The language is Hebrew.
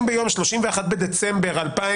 אם ביום 31 בדצמבר 2023,